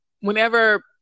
whenever